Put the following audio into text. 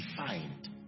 defined